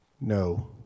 No